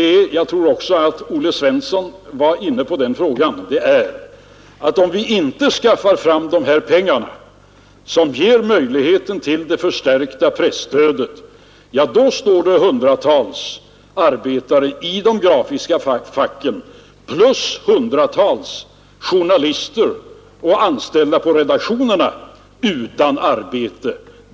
är — jag tror att Olle Svensson också var inne på den frågan — att om vi inte skaffar fram de här pengarna, som ger möjligheten till det förstärkta presstödet, står det hundratals arbetare i de grafiska facken plus hundratals journalister och andra anställda på redaktionerna utan arbete.